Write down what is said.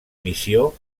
missió